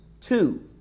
two